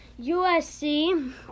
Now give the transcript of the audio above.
USC